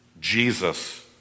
Jesus